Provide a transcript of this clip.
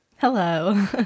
Hello